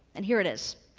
and here it is.